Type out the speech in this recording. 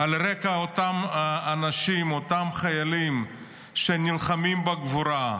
על רקע אותם האנשים, אותם חיילים שנלחמים בגבורה,